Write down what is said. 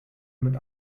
mit